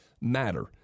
matter